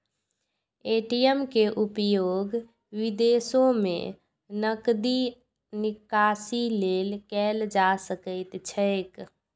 ATM के उपयोग विदेशो मे नकदी निकासी लेल कैल जा सकैत छैक